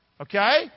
Okay